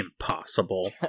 Impossible